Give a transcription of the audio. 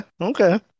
Okay